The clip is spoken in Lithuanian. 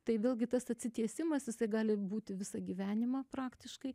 tai vėlgi tas atsitiesimas jisai gali būti visą gyvenimą praktiškai